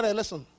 listen